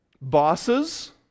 Bosses